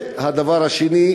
הדבר השני,